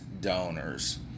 donors